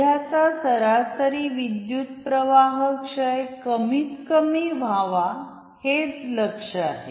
सध्याचा सरासरी विद्युत्प्रवाह क्षय कमीत कमी व्हावा हेच लक्ष्य आहे